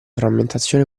frammentazione